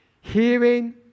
hearing